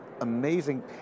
amazing